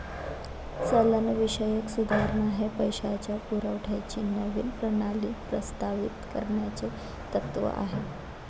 चलनविषयक सुधारणा हे पैशाच्या पुरवठ्याची नवीन प्रणाली प्रस्तावित करण्याचे तत्त्व आहे